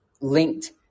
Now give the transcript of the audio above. linked